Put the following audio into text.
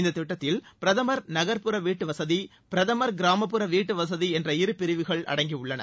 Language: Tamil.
இந்தத் திட்டத்தில் பிரதமர் நகர்ப்புற வீட்டு வசதி பிரதமர் கிராமப்புற வீட்டு வசதி என்ற இரு பிரிவுகள் அடங்கியுள்ளன